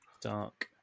Dark